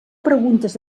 preguntes